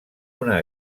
una